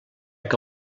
que